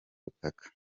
butaka